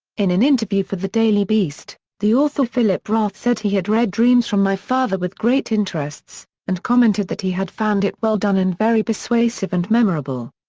in an interview for the daily beast, the author philip roth said he had read dreams from my father with great interests, and commented that he had found it well done and very persuasive and memorable.